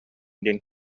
диэн